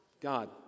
God